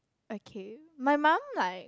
okay my mom like